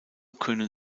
können